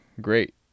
great